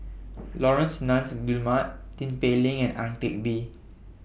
Laurence Nunns Guillemard Tin Pei Ling and Ang Teck Bee